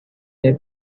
their